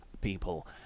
people